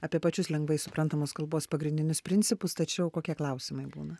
apie pačius lengvai suprantamos kalbos pagrindinius principus tačiau kokie klausimai būna